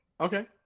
Okay